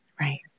Right